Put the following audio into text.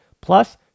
Plus